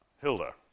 Hilda